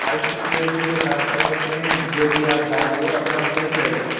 high security के साथ है इसमें जो भी आप डालोगे अपना सेफ रहेगा